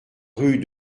rue